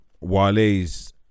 wale's